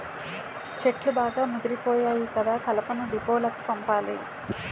చెట్లు బాగా ముదిపోయాయి కదా కలపను డీపోలకు పంపాలి